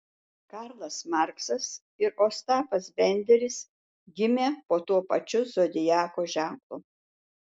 karlas marksas ir ostapas benderis gimė po tuo pačiu zodiako ženklu